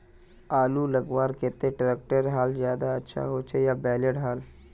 आलूर लगवार केते ट्रैक्टरेर हाल ज्यादा अच्छा होचे या बैलेर हाल?